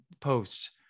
posts